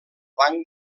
banc